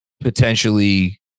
potentially